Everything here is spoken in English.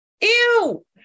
Ew